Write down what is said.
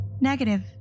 Negative